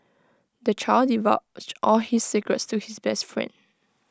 the child divulged all his secrets to his best friend